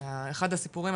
אחד הסיפורים,